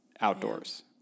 outdoors